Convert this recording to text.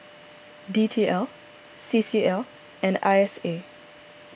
D T L C C L and I S A